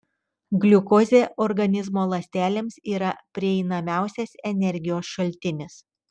gliukozė organizmo ląstelėms yra prieinamiausias energijos šaltinis